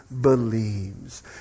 believes